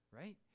right